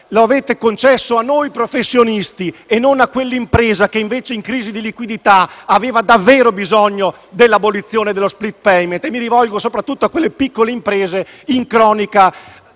lo avete concesso a noi professionisti e non a quell'impresa che invece, in crisi di liquidità, aveva davvero bisogno della sua abolizione. Mi riferisco soprattutto a quelle piccole imprese in cronica